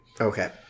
Okay